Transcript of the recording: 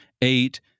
eight